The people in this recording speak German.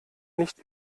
nicht